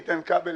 איתן כבל,